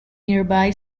nearby